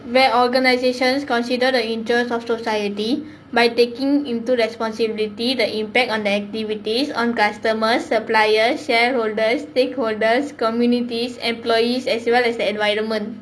where organisations consider the interests of society by taking into responsibility the impact on the activities on customers suppliers shareholders stakeholders communities employees as well as the environment